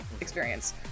experience